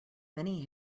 many